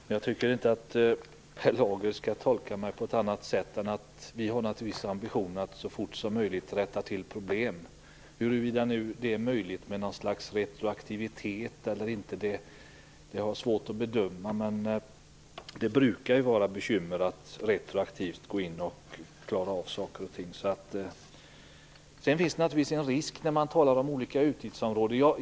Fru talman! Jag tycker inte att Per Lager skall tolka mig på annat sätt än att vi naturligtvis har ambitionen att rätta till problem så fort som möjligt. Huruvida det är möjligt med något slags retroaktivitet eller inte har jag svårt att bedöma. Men det brukar vara bekymmer med att klara av saker och ting retroaktivt.